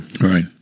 Right